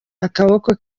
akaboko